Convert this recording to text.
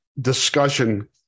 discussion